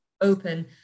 open